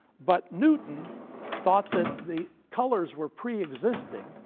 but newton thought that the colors were pre-existing,